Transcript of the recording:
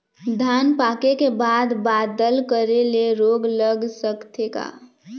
धान पाके के बाद बादल करे ले रोग लग सकथे का?